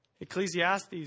Ecclesiastes